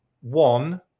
One